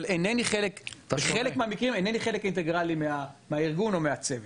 אבל בחלק מהמקרים אינני חלק אינטגרלי מהארגון או מהצוות.